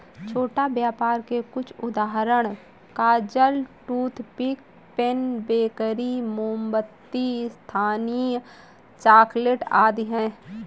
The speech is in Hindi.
छोटा व्यापर के कुछ उदाहरण कागज, टूथपिक, पेन, बेकरी, मोमबत्ती, स्थानीय चॉकलेट आदि हैं